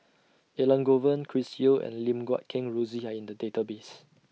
Elangovan Chris Yeo and Lim Guat Kheng Rosie Are in The Database